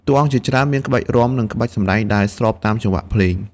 តួអង្គជាច្រើនមានក្បាច់រាំ និងក្បាច់សម្ដែងដែលស្របតាមចង្វាក់ភ្លេង។